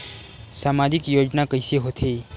सामजिक योजना कइसे होथे?